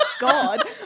God